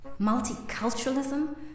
Multiculturalism